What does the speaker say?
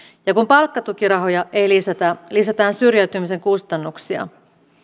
ja kun palkkatukirahoja ei lisätä lisätään syrjäytymisen kustannuksia